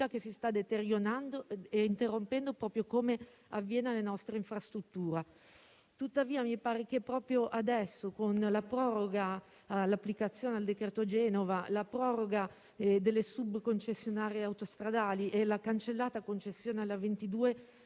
che si sta deteriorando e interrompendo proprio come avviene alle nostre infrastrutture. Tuttavia, mi pare che proprio adesso, con la proroga all'applicazione al decreto Genova, la proroga delle subconcessionarie autostradali e la cancellata concessione